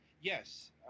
Yes